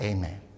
Amen